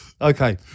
Okay